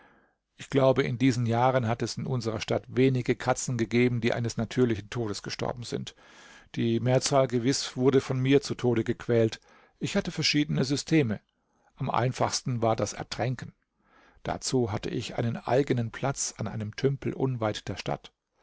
ich glaube in diesen jahren hat es in unserer stadt wenige katzen gegeben die eines natürlichen todes gestorben sind die mehrzahl gewiß wurde von mir zu tode gequält ich hatte verschiedene systeme am einfachsten war das ertränken dazu hatte ich einen eigenen platz an einem tümpel unweit der stadt